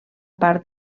part